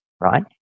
right